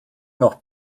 noch